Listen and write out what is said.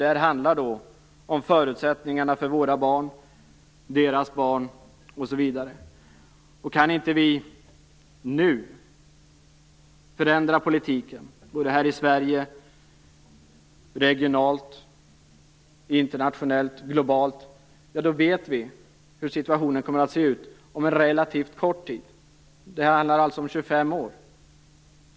Det handlar om förutsättningarna för våra barn, deras barn osv. Om vi inte nu kan förändra politiken både här i Sverige, regionalt, internationellt och globalt vet vi hur situationen kommer att se ut om en relativt kort tid. Det handlar alltså om 25 år.